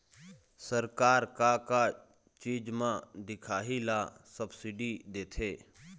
सरकार का का चीज म दिखाही ला सब्सिडी देथे?